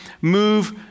move